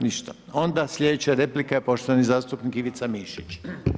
Ništa, onda sljedeća replika je poštovani zastupnik Ivica Mišić.